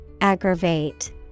Aggravate